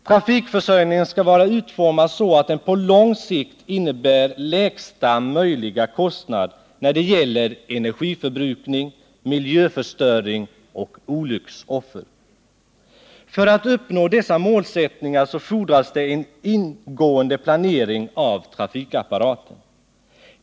Trafikförsörjningen skall vara utformad så att den på lång sikt innebär lägsta möjliga kostnad när det gäller energiförbrukning, miljöförstöring och olycksoffer. För att uppnå dessa målsättningar fordras det en ingående planering av trafikapparaten.